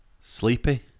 Sleepy